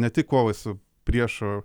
ne tik kovai su priešo